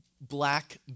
black